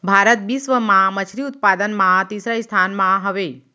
भारत बिश्व मा मच्छरी उत्पादन मा तीसरा स्थान मा हवे